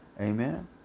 Amen